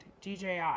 DJI